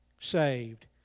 saved